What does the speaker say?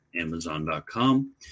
Amazon.com